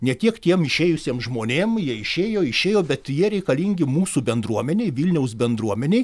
ne tiek tiem išėjusiem žmonėm jie išėjo išėjo bet jie reikalingi mūsų bendruomenei vilniaus bendruomenei